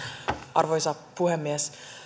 arvoisa puhemies